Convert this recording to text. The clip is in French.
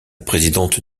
présidente